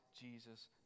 Jesus